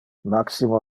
maximo